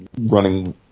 running